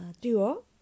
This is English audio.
duo